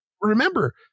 Remember